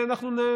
מעניין